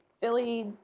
philly